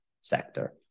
sector